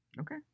Okay